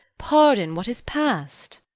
pardon what is past.